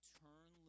turn